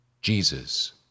Jesus